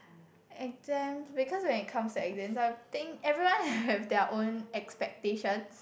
and then because when it comes to exam I think everyone have their own expectations